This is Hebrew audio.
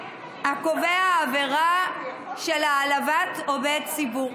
הקובע עבירה של העלבת עובד ציבור,